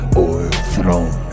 overthrown